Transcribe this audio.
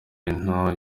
bantu